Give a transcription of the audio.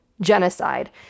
genocide